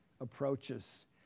approaches